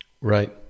right